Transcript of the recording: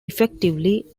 effectively